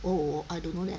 oh I don't know leh